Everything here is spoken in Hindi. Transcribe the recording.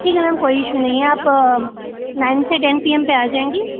ठीक है मैम कोई इशू नहीं है आप नाइन से टेन पी एम पे आ जाएँगी